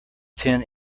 ten